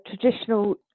traditional